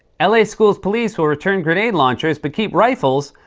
l a. schools police will return grenade launchers but keep rifles,